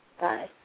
Bye